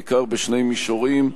בעיקר בשני מישורים.